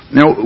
Now